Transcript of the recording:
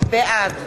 בעד